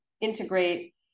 integrate